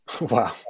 Wow